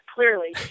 Clearly